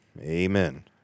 Amen